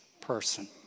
person